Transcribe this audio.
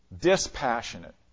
dispassionate